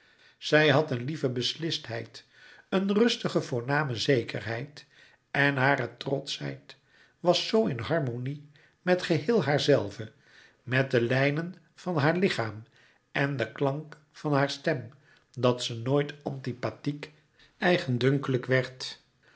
zij had een lieve beslistheid een rustige voorname zekerheid en hare trotschheid was zoo in harmonie met geheel haarzelve met de lijnen van haar lichaam en den klank van haar stem dat ze nooit antipathiek eigendunkelijk werd